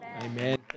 Amen